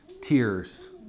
tears